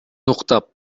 уктап